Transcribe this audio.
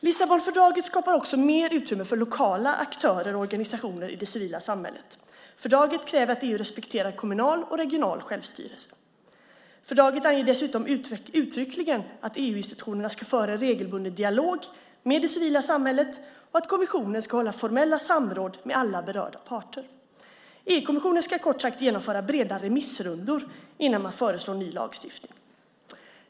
Lissabonfördraget skapar också mer utrymme för lokala aktörer och organisationer i det civila samhället. Fördraget kräver att EU respekterar kommunal och regional självstyrelse. Fördraget anger dessutom uttryckligen att EU-institutionerna ska föra en regelbunden dialog med det civila samhället och att kommissionen ska hålla formella samråd med alla berörda parter. EU-kommissionen ska kort sagt genomföra breda remissrundor innan man föreslår ny lagstiftning.